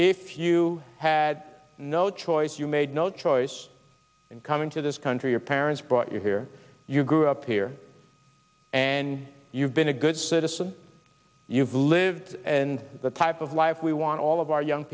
if you had no choice you made no choice in coming to this country your parents brought you here you grew up here and you've been a good citizen you've lived and the type of life we want all of our young